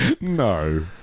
No